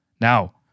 Now